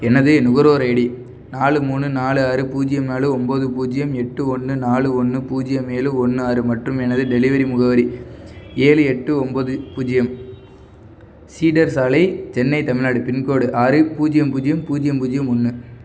எனது நுகர்வோர் ஐடி நாலு மூணு நாலு ஆறு பூஜ்ஜியம் நாலு ஒம்பது பூஜ்ஜியம் எட்டு ஒன்று நாலு ஒன்று பூஜ்ஜியம் ஏழு ஒன்று ஆறு மற்றும் எனது டெலிவரி முகவரி ஏலு எட்டு ஒம்பது பூஜ்ஜியம் சீடர் சாலை சென்னை தமிழ்நாடு பின்கோடு ஆறு பூஜ்ஜியம் பூஜ்ஜியம் பூஜ்ஜியம் பூஜ்ஜியம் ஒன்று